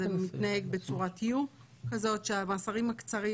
זה מתנהג בצורת U כזאת שהמאסרים הקצרים,